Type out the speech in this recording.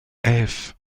elf